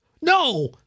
No